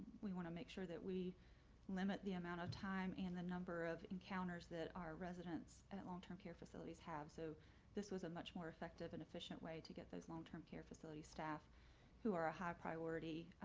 we want to make sure that we limit the amount of time and the number of encounters that our residents and long term care facilities have. so this was a much more effective and efficient way to get those long term care facility staff who are a high priority